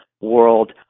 world